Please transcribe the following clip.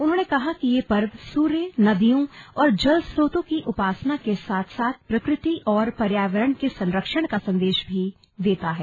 उन्होंने कहा कि यह पर्व सूर्य नदियों और जलस्रोतों की उपासना के साथ साथ प्रकृति और पर्यावरण के संरक्षण का संदेश भी देता है